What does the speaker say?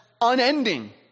unending